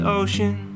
ocean